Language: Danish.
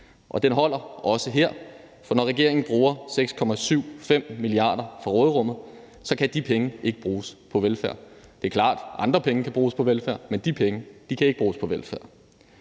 Den holder også her, for når regeringen bruger 6,75 mia. kr. fra råderummet, kan de penge ikke bruges på velfærd. Det er klart, at andre penge kan bruges på velfærd, men de penge kan ikke bruges på velfærd.